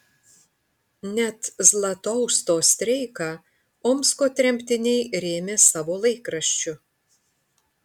net zlatousto streiką omsko tremtiniai rėmė savo laikraščiu